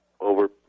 over